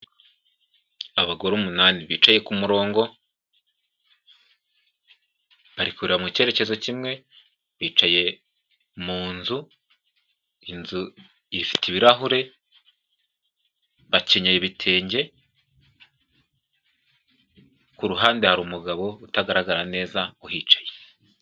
Abagore umunani bicaye ku murongo, bari kureba mu cyerekezo kimwe, bicaye mu nzu, iyo nzu ifite ibirahure, bakenyeye ibitenge, ku ruhande hari umugabo utagaragara neza uhicaye.